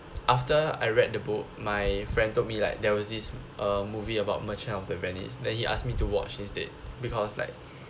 after I read the book my friend told me like there was this uh movie about merchant of the venice then he ask me to watch instead because like